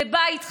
לבית חם,